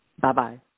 Bye-bye